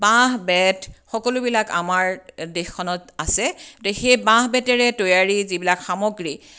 বাঁহ বেত সকলোবিলাক আমাৰ দেশখনত আছে গতিকে সেই বাঁহ বেতেৰে তৈয়াৰী যিবিলাক সামগ্ৰী